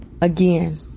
again